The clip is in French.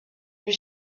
lui